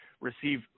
receive